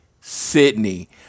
Sydney